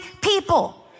people